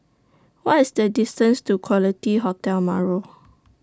What IS The distance to Quality Hotel Marrow